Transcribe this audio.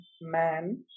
man